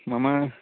मम